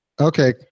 Okay